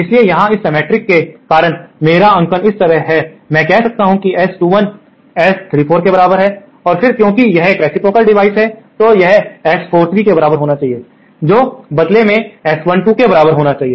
इसलिए यहाँ इस सिमेट्रिक के कारण मेरा अंकन इस तरह है मैं कह सकता हूँ कि एस 21 एस 34 के बराबर है और फिर क्योंकि यह एक रेसिप्रोकल डिवाइस है तो वह S43 के बराबर होना चाहिए जो बदले में S12 के बराबर होना चाहिए